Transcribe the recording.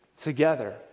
together